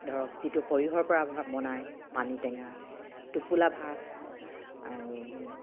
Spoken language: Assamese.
ধৰক যিটো সৰিহৰ পৰা বনায় পানী টেঙা টোপোলা ভাত আৰু